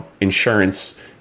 insurance